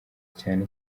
cyane